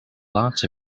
lots